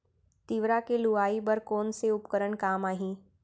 तिंवरा के लुआई बर कोन से उपकरण काम आही?